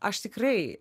aš tikrai